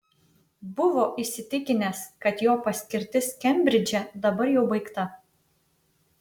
buvo įsitikinęs kad jo paskirtis kembridže dabar jau baigta